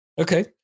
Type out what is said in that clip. Okay